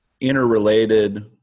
interrelated